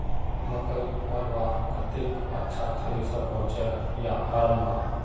मकई मलवार केते अच्छा थरेसर होचे या हरम्बा?